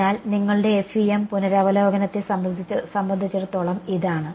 അതിനാൽ നിങ്ങളുടെ FEM പുനരവലോകനത്തെ സംബന്ധിച്ചിടത്തോളം ഇതാണ്